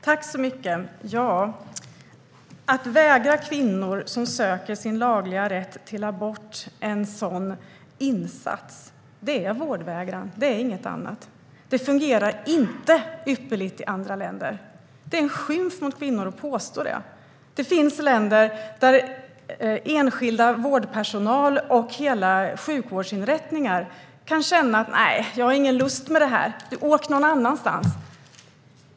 Fru talman! Att vägra kvinnor som söker sin lagliga rätt till abort en sådan insats är vårdvägran. Det är inget annat. Det fungerar inte ypperligt i andra länder. Det är en skymf mot kvinnor att påstå det. Det finns länder där enskild vårdpersonal och hela sjukvårdsinrättningar kan känna: Nej, jag har ingen lust med detta, åk någon annanstans.